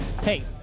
Hey